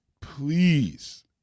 Please